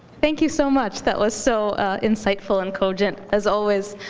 thank you so much. that was so insightful and cogent, as always.